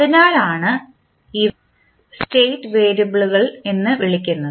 അതിനാലാണ് ഇവയെ സ്റ്റേറ്റ് വേരിയബിളുകൾ എന്ന് വിളിക്കുന്നത്